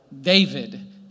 David